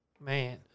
Man